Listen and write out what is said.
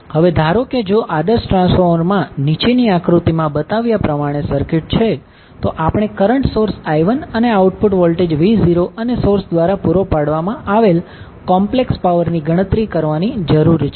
હવે ધારો કે જો આદર્શ ટ્રાન્સફોર્મરમાં નીચેની આકૃતિમાં બતાવ્યા પ્રમાણે સર્કિટ છે તો આપણે કરંટ સોર્સ I1 અને આઉટપુટ વોલ્ટેજ V0 અને સોર્સ દ્વારા પૂરો પાડવામાં આવેલ કોમ્પ્લેક્સ પાવર ની ગણતરી કરવાની જરૂર છે